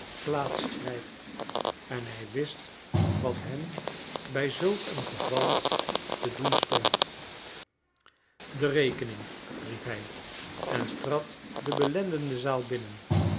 plaats grijpt en hij wist wat hem bij zulk een geval te doen stond de rekening riep hij en trad de belendende zaal binnen